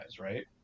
right